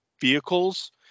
vehicles